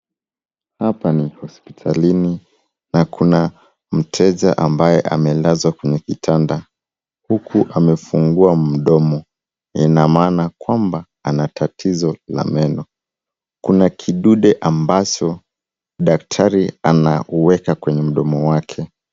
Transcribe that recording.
Hapa ni hospitalini, na kuna mteja ambaye amelazwa kwenye kitanda, huku amefungua mdomo, ina maana kwamba ana tatizo la meno. Kuna kidude ambacho, daktari anaweka kwenye mdomo wake.